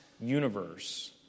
universe